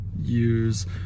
use